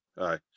Aye